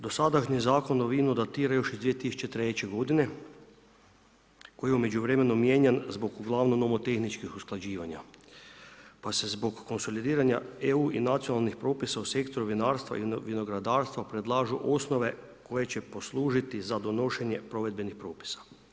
Dosadašnji Zakon o vinu datira još iz 2003. godine koji je u međuvremenu mijenjan zbog uglavnom nomotehničkih usklađivanja pa se zbog konsolidiranja EU i nacionalnih propisa u sektoru vinarstva i vinogradarstva predlažu osnove koje će poslužiti za donošenje provedbenih propisa.